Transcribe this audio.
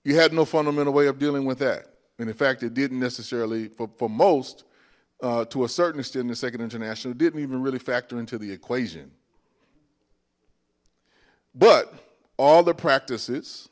you had no fundamental way of dealing with that and in fact it didn't necessarily for most to a certain extent in a second international didn't even really factor into the equation but all the practices